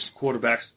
quarterbacks